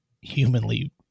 humanly